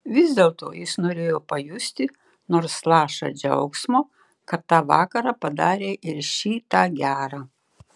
vis dėlto jis norėjo pajusti nors lašą džiaugsmo kad tą vakarą padarė ir šį tą gera